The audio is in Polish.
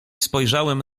spojrzałem